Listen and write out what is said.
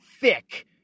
thick